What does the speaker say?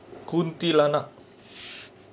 kuntilanak